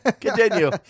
Continue